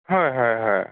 হয় হয় হয়